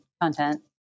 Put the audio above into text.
content